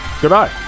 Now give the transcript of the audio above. goodbye